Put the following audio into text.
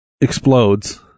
Explodes